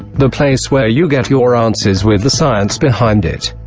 the place where you get your answers with the science behind it.